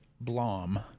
Blom